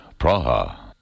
Praha